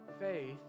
faith